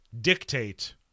dictate